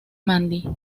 mandy